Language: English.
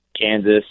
Kansas